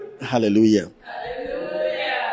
hallelujah